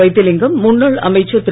வைத்திலிங்கம் முன்னாள் அமைச்சர் திரு